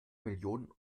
millionen